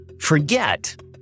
forget